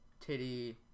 titty